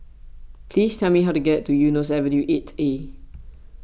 please tell me how to get to Eunos Avenue eight A